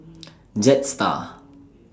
Jetstar